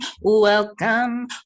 welcome